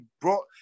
brought